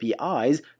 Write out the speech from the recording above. apis